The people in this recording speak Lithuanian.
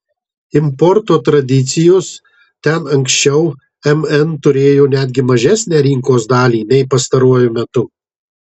importo tradicijos ten anksčiau mn turėjo netgi mažesnę rinkos dalį nei pastaruoju metu